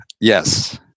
Yes